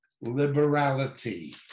liberality